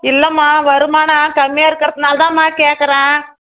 இல்லைம்மா வருமானம் கம்மியாக இருக்கிறதினாலதாம்மா கேட்குறேன்